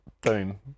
boom